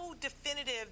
definitive